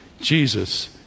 Jesus